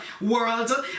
world